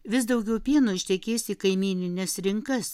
vis daugiau pieno ištekės į kaimynines rinkas